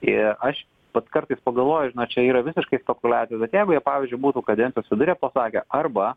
ir aš pats kartais pagalvoju žinot čia yra visiškai spekuliacija bet jeigu jie pavyzdžiui būtų kadencijos viduryje pasakę arba